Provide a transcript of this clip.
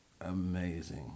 amazing